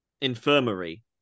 infirmary